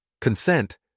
Consent